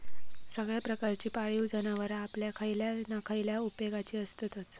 सगळ्या प्रकारची पाळीव जनावरां आपल्या खयल्या ना खयल्या उपेगाची आसततच